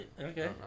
Okay